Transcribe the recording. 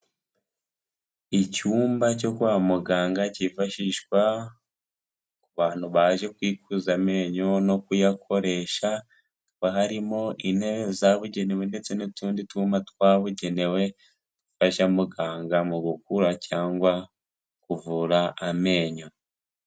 Icyumba cyo kwa muganga cyifashishwa ku bantu baje kwikuza amenyo no kuyakoresha, haba harimo intebe zabugenewe ndetse n'utundi twuma twabugenewe, dufasha muganga mu gukura cyangwa kuvura amenyo.